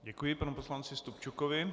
Děkuji panu poslanci Stupčukovi.